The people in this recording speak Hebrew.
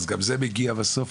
אז גם זה מגיע בסוף,